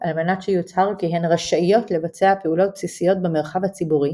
על מנת שיוצהר כי הן "רשאיות" לבצע פעולות בסיסיות במרחב הציבורי,